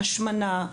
השמנה,